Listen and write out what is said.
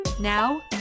Now